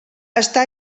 està